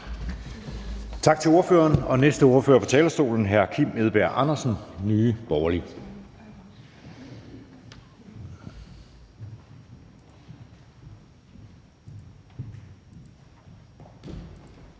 Tak til ordføreren. Næste ordfører på talerstolen er hr. Kim Edberg Andersen, Nye Borgerlige. Kl.